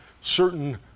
certain